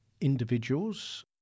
individuals